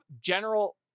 general